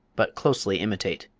but closely imitate.